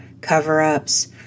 cover-ups